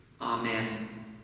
Amen